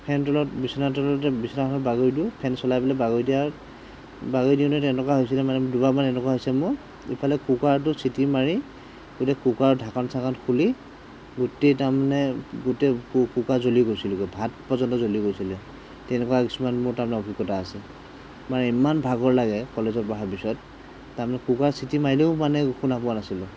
ফেন তলত বিছনা তলতে বিছনাখনত বাগৰি দিওঁ ফেন চলাই পেলাই বাগৰি দি আৰু বাগৰি দিওঁতে এনেকুৱা হৈছিলে মানে দুবাৰমান এনেকুৱা হৈছে মোৰ ইফালে কুকাৰটো চিটি মাৰি গোটেই কুকাৰ ঢাকোন চাকোন খুলি গোটেই তাৰমানে গোটেই কু কুকাৰ জ্বলি গৈছিলগৈ ভাত পৰ্যন্ত জ্বলি গৈছিলগৈ তেনেকুৱা কিছুমান মোৰ তাৰমানে অভিজ্ঞতা আছে মানে ইমান ভাগৰ লাগে কলেজৰ পৰা অহা পিছত তাৰমানে কুকাৰ চিটি মাৰিলেও মানে শুনা পোৱা নাছিলোঁ